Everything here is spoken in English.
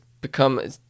become